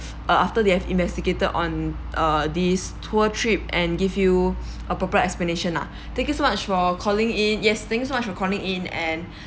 uh after they have investigated on uh this tour trip and give you appropriate explanation lah thank you so much for calling in yes thank you so much for calling in and